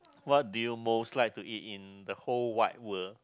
what do you most like to eat in the whole wide world